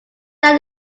that